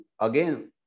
again